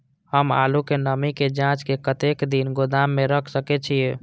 हम आलू के नमी के जाँच के कतेक दिन गोदाम में रख सके छीए?